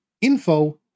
info